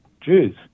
Jews